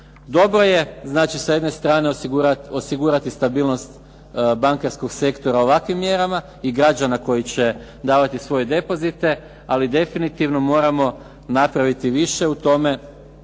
Dobro je, znači sa jedne strane osigurati stabilnost bankarskog sektora ovakvim mjerama i građana koji će davati svoje depozite, ali definitivno moramo napraviti više u tome